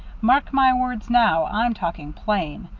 mark my words now i'm talking plain.